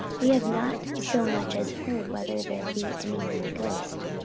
we have not so much as heard whether there be any holy ghost.